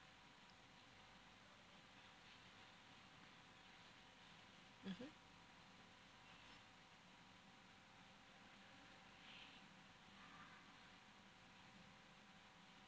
mmhmm